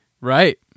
Right